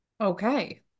Okay